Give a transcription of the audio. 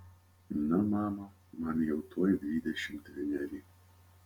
na mama man jau tuoj dvidešimt vieneri